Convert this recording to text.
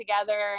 together